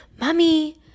mommy